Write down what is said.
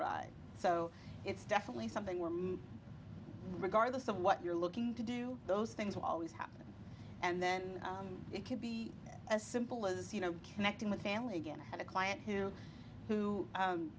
ride so it's definitely something where mom regardless of what you're looking to do those things will always happen and then it can be as simple as you know connecting with family again i had a client here who